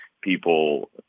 people